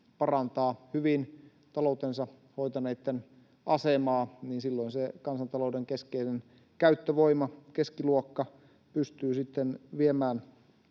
parantaa hyvin taloutensa hoitaneitten asemaa, niin silloin se kansantalouden keskeinen käyttövoima, keskiluokka, pystyy sitten viemään